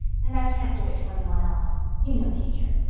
and i can't give it to any one else. you know, teacher.